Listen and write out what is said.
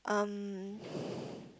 um